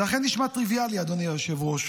זה אכן נשמע טריוויאלי, אדוני היושב-ראש,